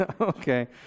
Okay